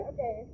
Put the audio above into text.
Okay